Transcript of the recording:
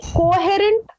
coherent